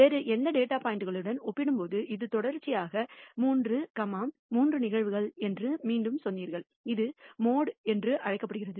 வேறு எந்த டேட்டா பாயிண்ட்களுடன் ஒப்பிடும்போது இது தொடர்ச்சியாக 3 3 நிகழ்வுகள் என்று மீண்டும் சொன்னீர்கள் அது மோடு என்று அழைக்கப்படுகிறது